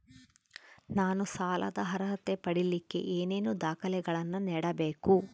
ನಾನು ಸಾಲದ ಅರ್ಹತೆ ಪಡಿಲಿಕ್ಕೆ ಏನೇನು ದಾಖಲೆಗಳನ್ನ ನೇಡಬೇಕು?